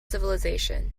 civilisation